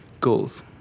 goals